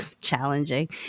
challenging